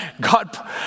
God